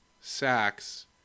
sacks